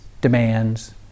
demands